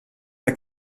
der